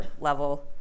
level